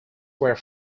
were